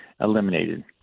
eliminated